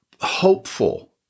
hopeful